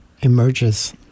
emerges